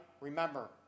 Remember